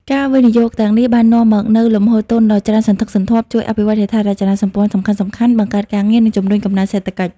ការវិនិយោគទាំងនេះបាននាំមកនូវលំហូរទុនដ៏ច្រើនសន្ធឹកសន្ធាប់ ជួយអភិវឌ្ឍហេដ្ឋារចនាសម្ព័ន្ធសំខាន់ៗ បង្កើតការងារ និងជំរុញកំណើនសេដ្ឋកិច្ច។